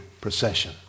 procession